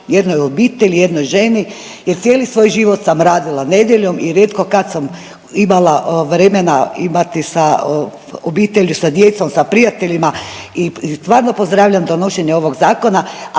jednoj obitelji, jednoj ženi jer cijeli svoj život sam radila nedjeljom i rijetko kad sam imala vremena imati sa obitelji, sa djecom, sa prijateljima. I stvarano pozdravljam donošenje ovog zakona,